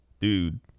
dude